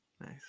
Nice